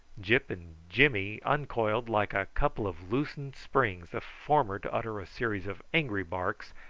gyp and jimmy uncoiled like a couple of loosened springs, the former to utter a series of angry barks,